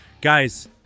guys